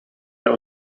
der